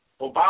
Obama